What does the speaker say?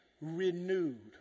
renewed